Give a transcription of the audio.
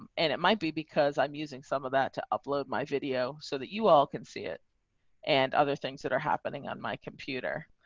um and it might be because i'm using some of that to upload my video so that you all can see it and other things that are happening on my computer.